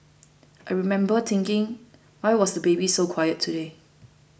I remember thinking why was the baby so quiet today